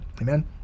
amen